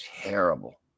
Terrible